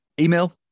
Email